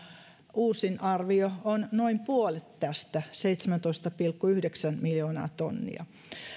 uusin arvio on noin puolet tästä seitsemäntoista pilkku yhdeksän miljoonaa tonnia